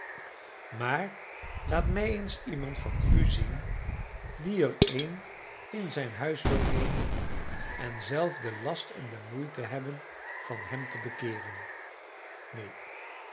maar laat mij eens iemand van u zien die er een in zijn huis wil nemen en zelf den last en de moeite hebben van hem te bekeeren